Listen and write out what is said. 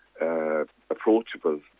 approachable